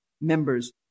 members